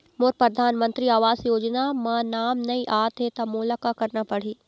मोर परधानमंतरी आवास योजना म नाम नई आत हे त मोला का करना पड़ही?